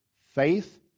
faith